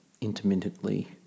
intermittently